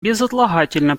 безотлагательно